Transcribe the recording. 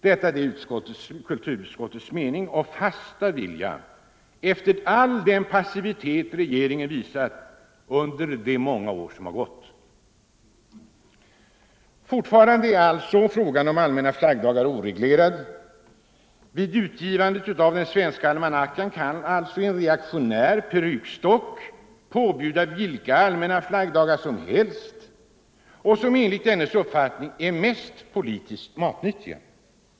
Detta är kulturutskottets mening och ”fasta” vilja efter all den passivitet regeringen visat under de många år som gått. Fortfarande är alltså frågan om allmänna flaggdagar oreglerad. Vid utgivandet av den svenska almanackan kan alltså en reaktionär perukstock påbjuda vilka allmänna flaggdagar som helst som enligt dennes uppfattning är de mest politiskt matnyttiga.